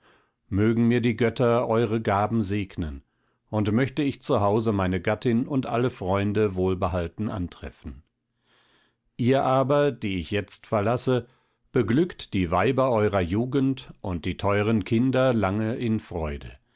mögen mir die götter eure gaben segnen und möchte ich zu hause meine gattin und alle freunde wohlbehalten antreffen ihr aber die ich jetzt verlasse beglückt die weiber eurer jugend und die teuren kinder lange in freude